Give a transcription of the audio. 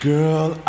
Girl